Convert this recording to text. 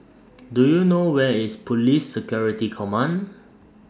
Do YOU know Where IS Police Security Command